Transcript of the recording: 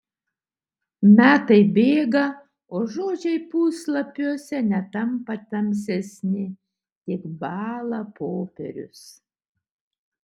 metai bėga o žodžiai puslapiuose netampa tamsesni tik bąla popierius